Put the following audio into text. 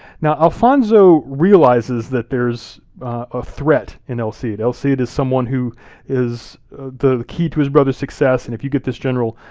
now alfonso realizes that there's a threat in el cid. el cid is someone who is the key to his brother's success, and if you get this general